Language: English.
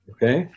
Okay